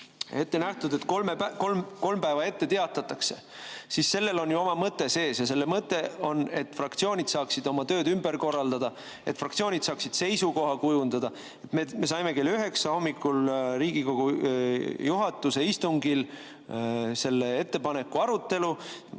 ette nähtud, et kolm päeva ette teatatakse, siis sellel on ju oma mõte sees ja see mõte on, et fraktsioonid saaksid oma tööd ümber korraldada, et fraktsioonid saaksid seisukoha kujundada. Me saime kell 9 hommikul Riigikogu juhatuse istungil selle ettepaneku, kümne